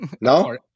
No